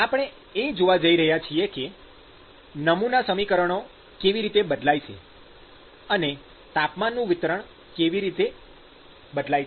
આપણે એ જોવા જઈ રહ્યા છીએ કે નમૂના સમીકરણો કેવી રીતે બદલાય છે અને તાપમાનનું વિતરણ કેવી રીતે બદલાય છે